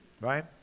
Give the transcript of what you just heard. Right